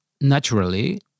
naturally